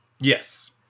Yes